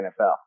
NFL